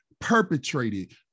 perpetrated